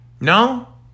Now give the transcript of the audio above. No